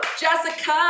Jessica